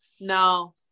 no